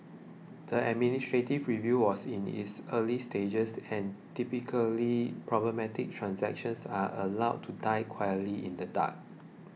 the administrative review was in its early stages and typically problematic transactions are allowed to die quietly in the dark